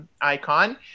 icon